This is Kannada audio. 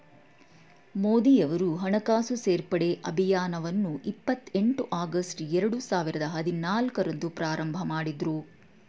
ಮೋದಿಯವರು ಹಣಕಾಸು ಸೇರ್ಪಡೆ ಅಭಿಯಾನವನ್ನು ಇಪ್ಪತ್ ಎಂಟು ಆಗಸ್ಟ್ ಎರಡು ಸಾವಿರದ ಹದಿನಾಲ್ಕು ರಂದು ಪ್ರಾರಂಭಮಾಡಿದ್ರು